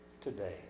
today